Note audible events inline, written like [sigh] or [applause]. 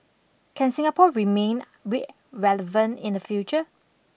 can Singapore remain [unintelligible] relevant in the future